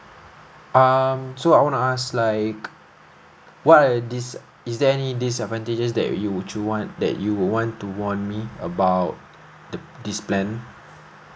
um so I want to ask like what are dis~ is there any disadvantages that you would you want that you would want to warn me about the this plan